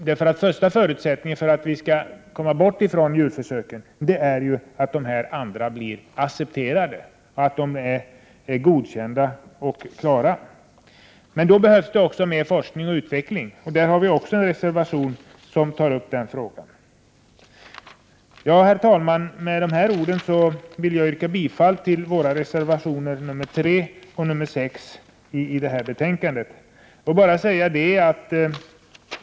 Den första förutsättningen för att vi skall komma bort från djurförsöken är ju att alternativa metoder blir accepterade, att de är godkända och klara. Men då behövs också mer forskning och utveckling. Vi har en reservation som tar upp även den frågan. Herr talman! Med dessa ord vill jag yrka bifall till våra reservationer nr 3 och 6 i detta betänkande.